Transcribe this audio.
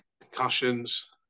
concussions